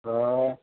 अ